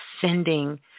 sending